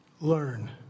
learn